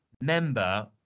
member